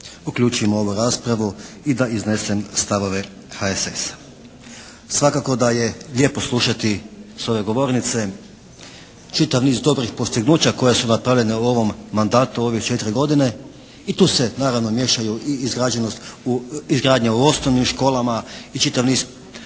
uključim u ovu raspravu i da iznesem stavove HSS-a. Svakako da je lijepo slušati s ove govornice čitav niz dobrih postignuća koja su napravljena u ovom mandatu ove 4 godine. I tu se naravno miješaju i izgradnja u osnovnim školama i čitav niz